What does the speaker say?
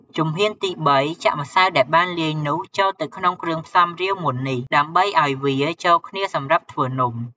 ជំហានទី ៣ ចាក់ម្សៅដែលបានលាយនោះចូលទៅក្នុងគ្រឿងផ្សំរាវមុននេះ ដើម្បីអោយវាចូលគ្នាសម្រាប់ធ្វើនំ។